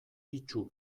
itsu